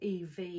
EV